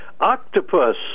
octopus